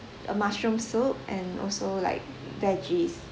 a mushroom soup and also like veggies